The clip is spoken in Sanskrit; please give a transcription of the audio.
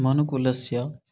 मनुकुलस्य